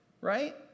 right